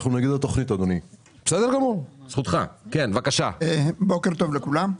בוקר טוב לכולם.